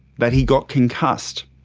that he got concussed,